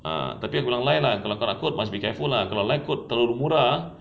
ah tapi bilang lye lah kalau engkau nak quote be careful lah kalau lye quote terlalu murah